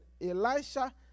Elisha